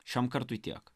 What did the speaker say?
šiam kartui tiek